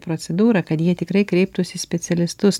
procedūrą kad jie tikrai kreiptųsi į specialistus